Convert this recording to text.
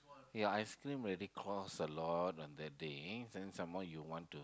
your ice-cream already costs a lot on that day and some more you want to